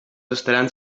estaran